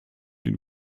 den